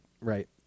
Right